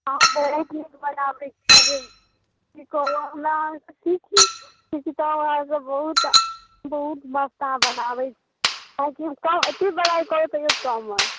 अहाँ बहुत मस्त बनाबैत छियै जे की कहू हमरा अहाँसँ सीखू कि किताब अहाँकेँ बहूत बहुत मस्त अहाँ बनाबैत छियै काम एतेक बड़ा करैत रहियौ कम अइ